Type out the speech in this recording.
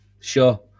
Sure